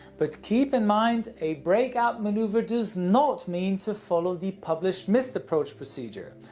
but keep in mind, a breakout maneuver does not mean to follow the published missed approach procedure.